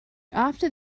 after